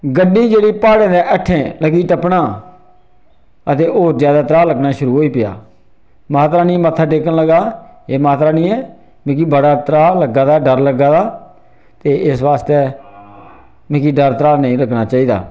गड्डी चली प्हाड़े हेठें लग्गी टप्पना अते होर ज्यादा त्राह् लग्गना शुरू होई पेआ माता रानी गी मत्था टेकन लगा एह् माता रानिये मिगी बड़ा त्राह् लग्गा दा डर लग्गा दा ते इस बास्तै मिगी डर त्राह् नी लगना चाहिदा